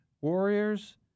Warriors